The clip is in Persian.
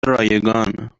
رایگان